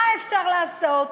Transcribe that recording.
מה אפשר לעשות?